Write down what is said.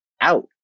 out